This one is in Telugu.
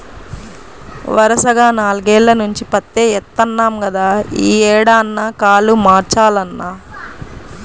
వరసగా నాల్గేల్ల నుంచి పత్తే యేత్తన్నాం గదా, యీ ఏడన్నా కాలు మార్చాలన్నా